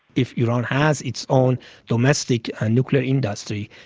if iran has its own domestic and nuclear industry,